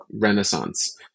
renaissance